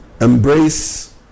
Embrace